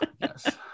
yes